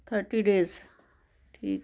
thirty days ਠੀਕ ਹੈ